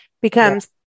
becomes